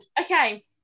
Okay